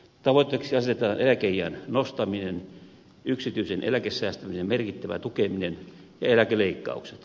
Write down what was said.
tavoitteeksi asetetaan eläkeiän nostaminen yksityisen eläkesäästämisen merkittävä tukeminen ja eläkeleikkaukset